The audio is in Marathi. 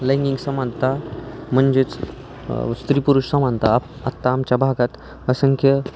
लैंगिंग समानता म्हणजेच स्त्री पुरुष समानता आत्ता आमच्या भागात असंख्य